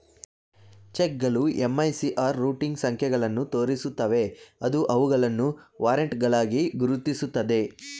ಚೆಕ್ಗಳು MICR routing ಸಂಖ್ಯೆಗಳನ್ನು ತೋರಿಸುತ್ತವೆ ಅದು ಅವುಗಳನ್ನು ವಾರೆಂಟ್ಗಳಾಗಿ ಗುರುತಿಸುತ್ತದೆ